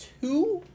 two